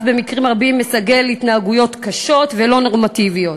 שבמקרים רבים אף מסגל התנהגויות קשות ולא נורמטיביות.